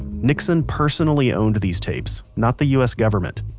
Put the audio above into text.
nixon personally owned these tapes, not the us government.